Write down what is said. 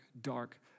dark